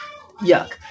yuck